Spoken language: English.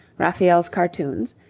raphael's cartoons,